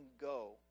go